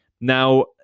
Now